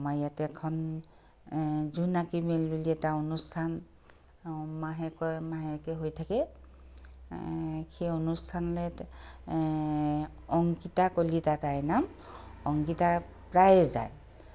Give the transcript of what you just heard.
আমাৰ ইয়াতে এখন জোনাকী মেল বুলি এটা অনুষ্ঠান মাহেকে মাহেকে হৈ থাকে সেই অনুষ্ঠানলৈ অংকিতা কলিতা তাইৰ নাম অংকিতা প্ৰায়ে যায়